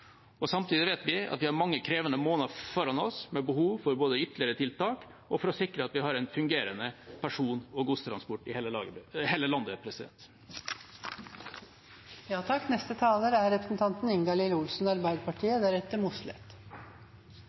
Samtidig vet vi at vi har mange krevende måneder foran oss med behov for ytterligere tiltak og for å sikre at vi har en fungerende person- og godstransport i hele landet. Jeg vil ta utgangspunkt i det området jeg mener er